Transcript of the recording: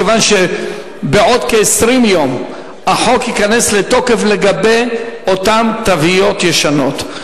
מכיוון שבעוד כ-20 יום ייכנס לתוקף החוק לגבי אותן תוויות ישנות,